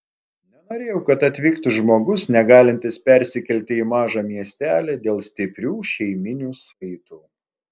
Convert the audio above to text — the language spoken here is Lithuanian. nenorėjau kad atvyktų žmogus negalintis persikelti į mažą miestelį dėl stiprių šeiminių saitų